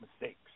mistakes